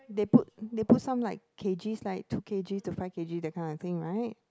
they put they put some like k_g like two k_g to five k_g that kind of thing right